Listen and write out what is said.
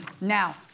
Now